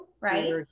Right